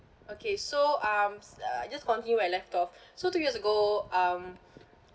okay so um s~ uh just continue where I left off so two years ago um